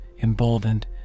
emboldened